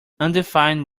undefined